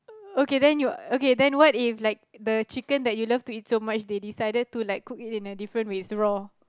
okay then you okay then what if like the chicken that you love to eat so much they decided to like cook it in a different way it's raw